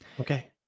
okay